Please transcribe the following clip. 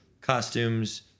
Costumes